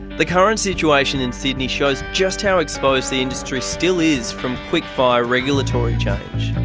the current situation in sydney shows just how exposed the industry still is from quick-fire regulatory change.